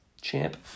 champ